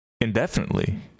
indefinitely